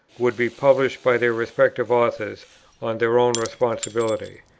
would be published by their respective authors on their own responsibility.